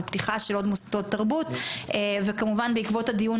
בפתיחה של עוד מוסדות תרבות וכמובן בעקבות הדיון